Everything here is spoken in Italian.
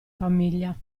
famiglia